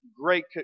great